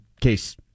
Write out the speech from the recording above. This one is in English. case